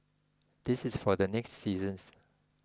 this is for the next seasons